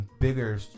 bigger